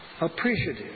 appreciative